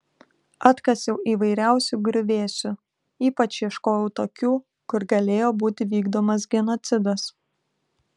atkasiau įvairiausių griuvėsių ypač ieškojau tokių kur galėjo būti vykdomas genocidas